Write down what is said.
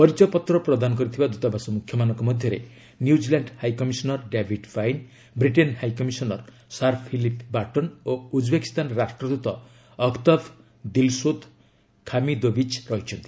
ପରିଚୟ ପତ୍ର ପ୍ରଦାନ କରିଥିବା ଦୂତାବାସ ମୁଖ୍ୟମାନଙ୍କ ମଧ୍ୟରେ New Zealand high commissioner David Pine Britain high commissioner Sir Philip Barton ଓ ଉଜ୍ବେକିସ୍ତାନ ରାଷ୍ଟ୍ରଦ୍ତ ଅଖ୍ତବ୍ ଦିଲ୍ସୋଦ୍ ଖାମିଦୋବିଚ୍ ରହିଛନ୍ତି